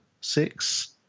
six